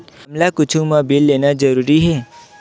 हमला कुछु मा बिल लेना जरूरी हे?